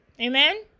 Amen